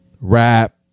rap